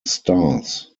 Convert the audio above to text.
stars